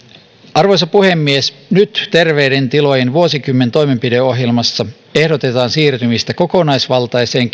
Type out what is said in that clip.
arvoisa puhemies nyt terveiden tilojen vuosikymmen toimenpideohjelmassa ehdotetaan siirtymistä kokonaisvaltaiseen